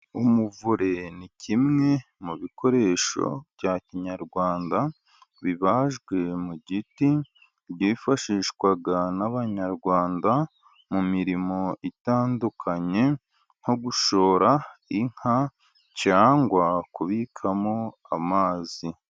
Umuvure ni kimwe mu bikoresho bya kinyarwanda bibajwe mu giti, byifashishwaga n'abanyarwanda mu mirimo itandukanye, nko gushora inka cyangwa kubikamo amazi.